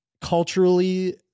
culturally